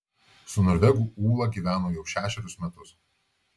su norvegu ūla gyveno jau šešerius metus